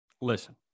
Listen